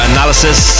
Analysis